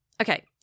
Okay